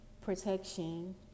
protection